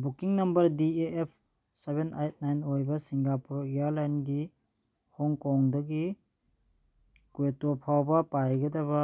booking number D A F seven eight nine ꯑꯣꯏꯕ Singapore ꯏꯌꯔꯂꯥꯏꯟꯒꯤ ꯍꯣꯡꯀꯣꯡꯗꯒꯤ ꯀ꯭ꯋꯦꯇꯣ ꯐꯥꯎꯕ ꯄꯥꯏꯒꯗꯕ